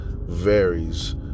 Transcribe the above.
varies